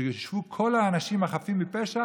שישבו כל האנשים החפים מפשע,